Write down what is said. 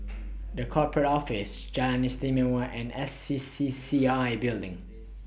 The Corporate Office Jalan Istimewa and S C C C I Building